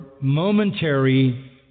momentary